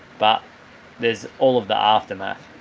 but there's all of the aftermath.